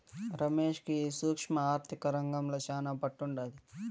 రమేష్ కి ఈ సూక్ష్మ ఆర్థిక రంగంల శానా పట్టుండాది